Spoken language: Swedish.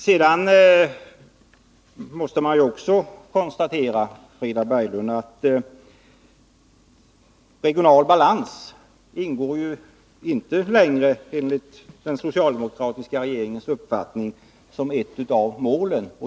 Sedan måste man också konstatera, Frida Berglund, att regional balans enligt den socialdemokratiska regeringens uppfattning inte längre utgör ett av målen.